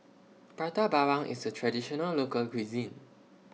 Prata Bawang IS A Traditional Local Cuisine